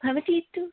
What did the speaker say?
भवती